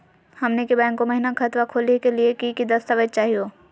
हमनी के बैंको महिना खतवा खोलही के लिए कि कि दस्तावेज चाहीयो?